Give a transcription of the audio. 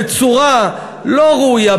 בצורה לא ראויה,